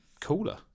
cooler